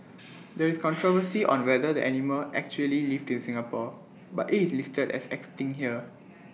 there is controversy on whether the animal actually lived in Singapore but IT is listed as extinct here